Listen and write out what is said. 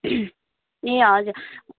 ए हजुर